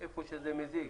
איפה שזה מזיק,